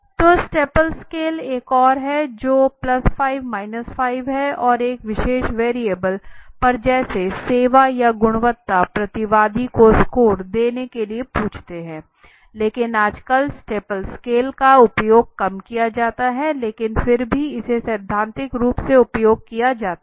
तो Stapel scale एक और है जो 5 5 है और एक विशेष वेरिएबल पर जैसे सेवा या गुणवत्ता प्रतिवादी को स्कोर देने के लिए पूछते है लेकिन आजकल स्टेपल स्केल का प्रयोग कम किया जाता है लेकिन फिर भी इसे सैद्धांतिक रूप से उपयोग किया जाता है